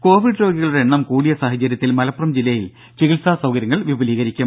രുഭ കോവിഡ് രോഗികളുടെ എണ്ണം കൂടിയ സാഹചര്യത്തിൽ മലപ്പുറം ജില്ലയിൽ ചികിത്സാ സൌകര്യങ്ങൾ വിപുലീകരിക്കും